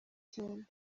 cyane